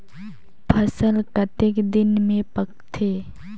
फसल कतेक दिन मे पाकथे?